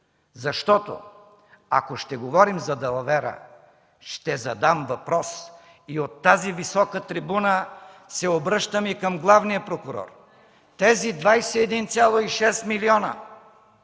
Защото ако ще говорим за далавера, ще задам въпрос, и от тази висока трибуна се обръщам и към главния прокурор: тези 21,6 милиона